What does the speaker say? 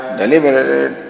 deliberated